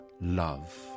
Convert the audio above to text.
love